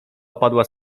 opadła